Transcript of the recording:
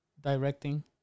directing